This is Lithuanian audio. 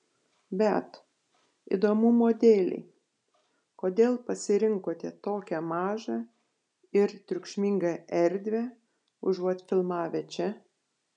bet įdomumo dėlei kodėl pasirinkote tokią mažą ir triukšmingą erdvę užuot filmavę čia